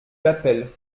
l’appel